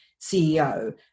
CEO